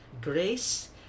grace